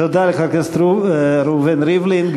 תודה לחבר הכנסת ראובן ריבלין.